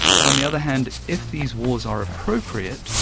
but on the other hand, if these wars are appropriate,